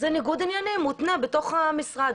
זה ניגוד עניינים מובנה בתוך המשרד.